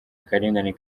akarengane